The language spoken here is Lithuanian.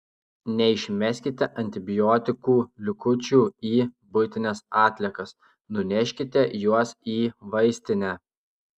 neišmeskite antibiotikų likučių į buitines atliekas nuneškite juos į vaistinę